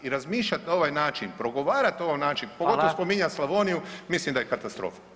I razmišljat na ovaj način, progovarat na ovaj način pogotovo spominjat Slavoniju mislim da je katastrofa.